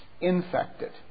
infected